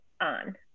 on